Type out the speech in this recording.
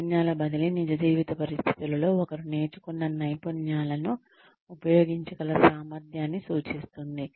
నైపుణ్యాల బదిలీ నిజ జీవిత పరిస్థితులలో ఒకరు నేర్చుకున్న నైపుణ్యాలను ఉపయోగించగల సామర్థ్యాన్ని సూచిస్తుంది